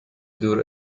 دور